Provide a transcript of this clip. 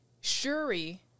Shuri